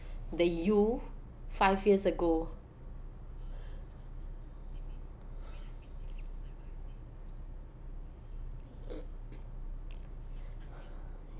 the you five years ago